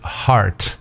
heart 。